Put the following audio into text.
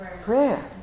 Prayer